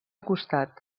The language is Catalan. costat